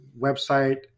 website